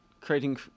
creating